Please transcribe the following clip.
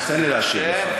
תן לי להשיב לך.